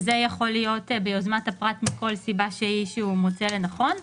זה יכול להיות ביוזמת הפרט מכל סיבה שהוא מוצא לנכון.